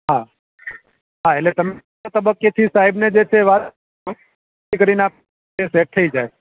હા હા એટલે સાહેબ ને જે છે વાત કરીને આ રીતે સેટ થઈ જાય